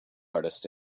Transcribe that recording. artist